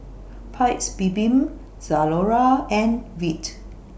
Paik's Bibim Zalora and Veet